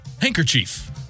handkerchief